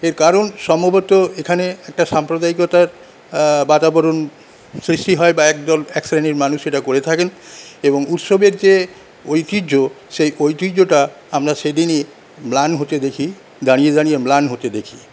এর কারণ সম্ভবত এখানে একটা সাম্প্রদায়িকতার বাতাবরণ সৃষ্টি হয় বা এক দল এক শ্রেণির মানুষ সেটা করে থাকেন এবং উৎসবের যে ঐতিহ্য সেই ঐতিহ্যটা আমরা সেইদিনই ম্লান হতে দেখি দাঁড়িয়ে দাঁড়িয়ে ম্লান হতে দেখি